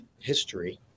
history